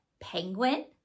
penguin